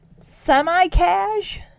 Semi-cash